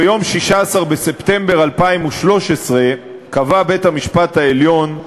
ביום 16 בספטמבר 2013 קבע בית-המשפט העליון,